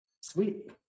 Sweet